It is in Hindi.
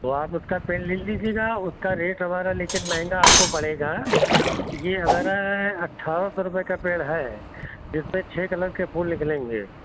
तो आप उसका पेड़ ले लीजिएगा उसका रेट हमारा लेकिन महंगा आपको पड़ेगा ये हमारा अट्ठारह सौ रुपये का पेड़ है जिसमें छः कलर के फूल निकलेंगे